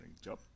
job